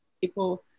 people